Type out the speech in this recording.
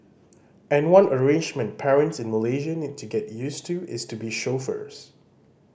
and one arrangement parents in Malaysia need to get used to is to be chauffeurs